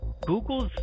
Google's